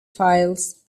files